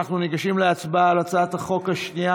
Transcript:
אנחנו ניגשים להצבעה על הצעת החוק השנייה,